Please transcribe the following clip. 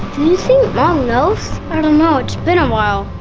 mom knows? i don't know, it's been a while.